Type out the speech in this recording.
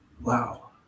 wow